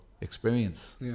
experience